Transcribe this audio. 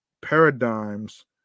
paradigms